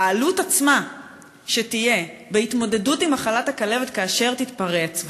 העלות עצמה של התמודדות עם מחלת הכלבת כאשר תתפרץ,